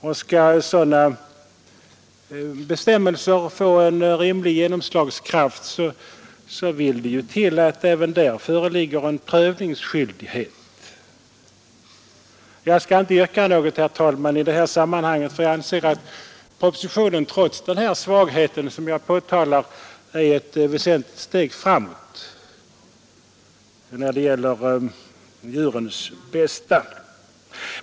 Om bestämmelserna skall få en rimlig genomslagskraft vill det till att även dessa stallar blir föremål för en obligatorisk granskning. Jag skall inte yrka något i detta sammanhang, herr talman. Jag anser nämligen att propositionen, trots den svaghet som jag har påtalat, är ett väsentligt steg framåt när det gäller djurens bästa.